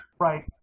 Right